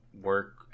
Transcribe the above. work